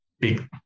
big